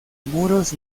muros